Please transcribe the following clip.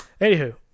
Anywho